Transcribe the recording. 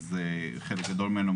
כי חלק גדול ממנו,